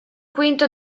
quinto